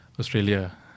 Australia